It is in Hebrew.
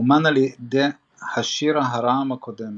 אומן על ידי האשירה הרעם הקודם.